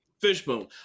Fishbone